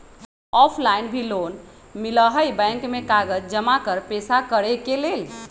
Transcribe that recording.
Offline भी loan मिलहई bank में कागज जमाकर पेशा करेके लेल?